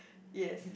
yes